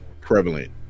prevalent